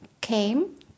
came